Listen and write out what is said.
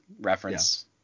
reference